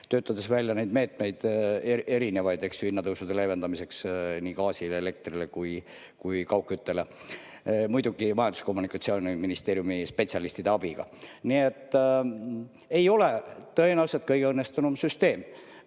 töötades välja neid erinevaid meetmeid hinnatõusude leevendamiseks nii gaasile, elektrile kui ka kaugküttele, muidugi Majandus- ja Kommunikatsiooniministeeriumi spetsialistide abiga. Nii et ei ole tõenäoliselt kõige õnnestunum süsteem.